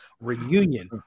reunion